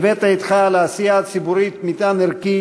הבאת אתך לעשייה הציבורית מטען ערכי